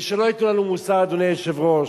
ושלא ייתנו לנו מוסר, אדוני היושב-ראש.